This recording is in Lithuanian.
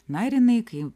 na ir jinai kai